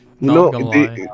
No